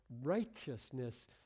righteousness